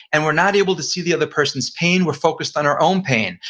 and we're not able to see the other person's pain, we're focused on our own pain.